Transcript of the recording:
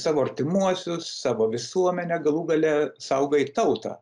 savo artimuosius savo visuomenę galų gale saugai tautą